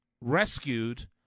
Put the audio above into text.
rescued